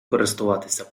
користуватися